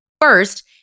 first